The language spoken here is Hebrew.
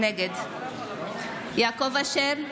נגד יעקב אשר,